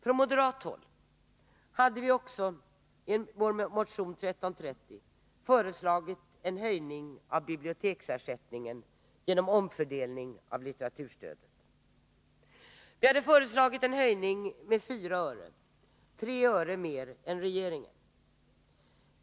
Från moderat håll hade vi också i vår motion 1330 föreslagit en höjning av biblioteksersättningen genom omfördelning av litteraturstödet. Vi hade föreslagit en höjning med 4 öre — 3 öre mer än regeringen föreslår.